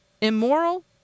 Immoral